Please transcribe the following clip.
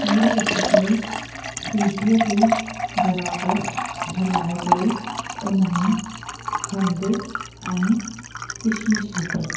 खीरु विझी करे सूजीअ खे बराबरि हिलाए करे उन में खंड ऐं किशमिश विधी